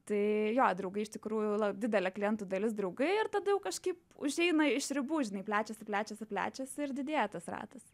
tai jo draugai iš tikrųjų la didelė klientų dalis draugai ir tada jau kažkaip užeina iš ribų žinai plečiasi plečiasi plečiasi ir didėja tas ratas